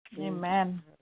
Amen